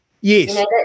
Yes